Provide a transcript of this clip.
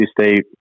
State